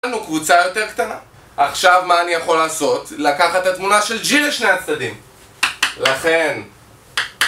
יש לנו קבוצה יותר קטנה. עכשיו מה אני יכול לעשות? לקחת את התמונה של ג'י לשני הצדדים. לכן...